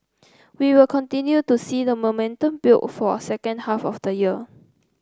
we will continue to see the momentum build for the second half of the year